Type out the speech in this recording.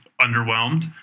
underwhelmed